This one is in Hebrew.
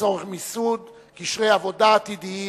לצורך מיסוד קשרי עבודה עתידיים,